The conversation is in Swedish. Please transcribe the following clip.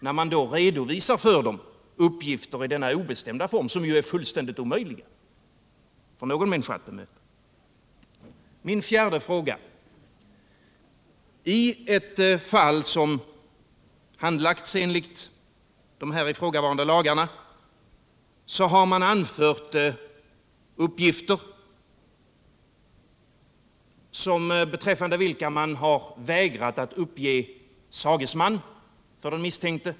Å andra sidan redovisar man uppgifter i denna obestämda form, uppgifter som är fullständigt omöjliga för någon människa att bemöta. 4. I ett fall som handlagts enligt ifrågavarande lag har man anfört uppgifter beträffande vilka man har vägrat att uppge sagesman för den misstänkte.